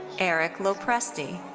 eric lopresti.